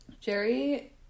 Jerry